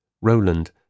Roland